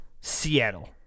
Seattle